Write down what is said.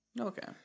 Okay